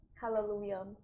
hallelujah